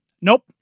nope